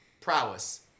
prowess